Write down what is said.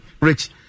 Rich